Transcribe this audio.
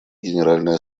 генеральной